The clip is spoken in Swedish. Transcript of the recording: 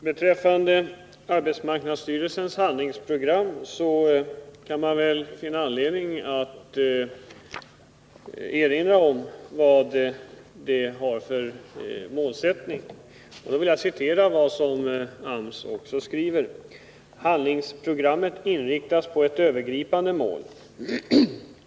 Herr talman! I arbetsmarknadsstyrelsens handlingsprogram heter det om målsättningen: ”Handlingsprogrammet inriktas på ett övergripande mål.